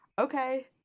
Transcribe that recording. okay